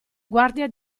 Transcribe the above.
guardia